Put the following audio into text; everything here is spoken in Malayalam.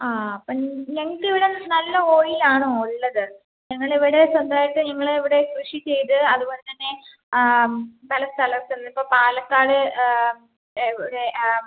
ആ അപ്പം ഞങ്ങൾക്കിവിടെ നല്ല ഓയിലാണ് ഉള്ളത് ഞങ്ങളിവിടെ സ്വന്തമായിട്ട് ഞങ്ങളിവിടെ കൃഷി ചെയ്ത് അതുപോലെ തന്നെ പല സ്ഥലത്തെന്ന് ഇപ്പം പാലക്കാട് എവിടെ